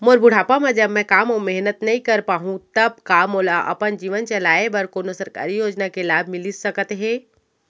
मोर बुढ़ापा मा जब मैं काम अऊ मेहनत नई कर पाहू तब का मोला अपन जीवन चलाए बर कोनो सरकारी योजना के लाभ मिलिस सकत हे?